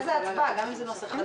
אנחנו לא מכירים את